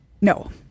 No